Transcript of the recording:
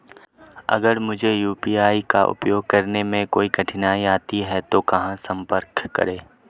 अगर मुझे यू.पी.आई का उपयोग करने में कोई कठिनाई आती है तो कहां संपर्क करें?